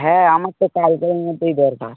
হ্যাঁ আমার তো কালকের মধ্যেই দরকার